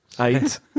Eight